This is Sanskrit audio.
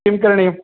किं करणीयम्